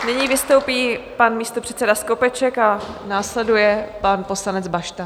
Nyní vystoupí pan místopředseda Skopeček a následuje pan poslanec Bašta.